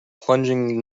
plunging